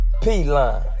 P-Line